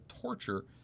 torture